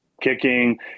Kicking